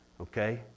Okay